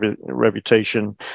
reputation